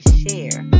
share